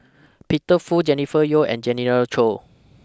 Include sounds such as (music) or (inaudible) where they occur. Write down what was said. Peter Fu Jennifer Yeo and (unintelligible) Choy